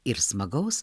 ir smagaus